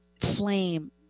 flame